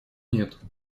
нет